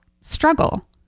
struggle